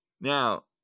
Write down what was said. Now